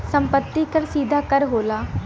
सम्पति कर सीधा कर होला